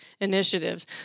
initiatives